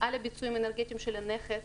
על הביצועים האנרגטיים של הנכס.